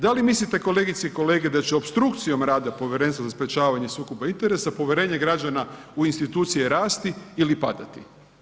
Da li mislite kolegice i kolege da će opstrukcijom rada Povjerenstva za sprječavanje sukoba interesa povjerenje građana u institucije rasti ili padati?